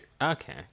Okay